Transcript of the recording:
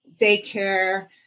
daycare